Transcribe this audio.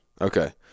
Okay